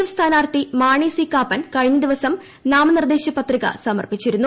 F സ്ഥാനാർത്ഥി Mani C Kappan കഴിഞ്ഞ ദിവസം നാമനിർദ്ദേക പത്രിക സമർപ്പിച്ചിരുന്നു